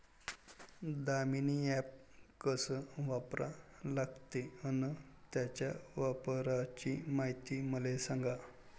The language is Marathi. दामीनी ॲप कस वापरा लागते? अन त्याच्या वापराची मायती मले सांगा